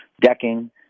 decking